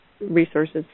resources